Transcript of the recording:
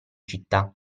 città